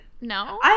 No